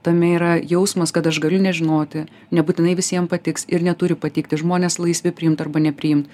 tame yra jausmas kad aš galiu nežinoti nebūtinai visiem patiks ir neturi patikti žmonės laisvi priimt arba nepriim